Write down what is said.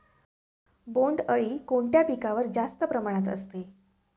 बोंडअळी कोणत्या पिकावर जास्त प्रमाणात असते?